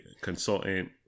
consultant